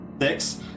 Six